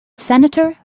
senator